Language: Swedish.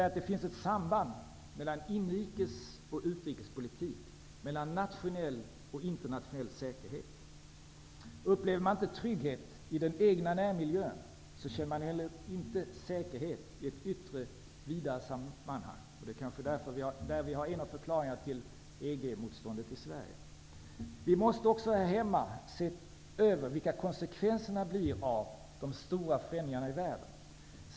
Det finns ett samband mellan inrikesoch utrikespolitik, mellan nationell och internationell säkerhet. Upplever man inte trygghet i den egna närmiljön känner man inte heller säkerhet i ett yttre, vidare sammanhang. Där kanske vi har en av förklaringarna till EG motståndet i Sverige. Vi måste också här hemma se över vilka konsekvenserna blir av de stora förändringarna i världen.